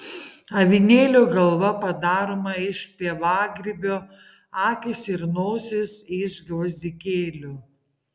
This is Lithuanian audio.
avinėlio galva padaroma iš pievagrybio akys ir nosis iš gvazdikėlių